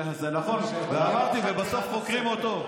זה נכון, אמרתי: ובסוף חוקרים אותו.